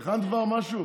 הכנת כבר משהו?